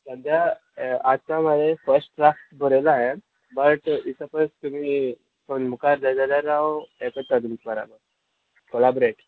सद्द्यां आतां म्हाजें फर्स्ट ड्राफ्ट बरयला हांयें बट इफ सपोज तुमी मुकार जाय जाल्यार हांव हें करता तुमचे बरोबर कोलाबरेट